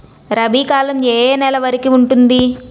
రబీ కాలం ఏ ఏ నెల వరికి ఉంటుంది?